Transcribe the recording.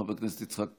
חבר הכנסת יצחק פינדרוס,